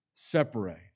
separate